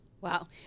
Wow